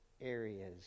areas